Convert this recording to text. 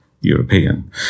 European